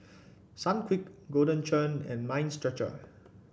Sunquick Golden Churn and Mind Stretcher